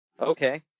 okay